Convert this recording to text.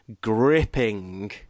gripping